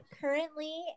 currently